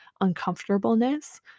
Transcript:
uncomfortableness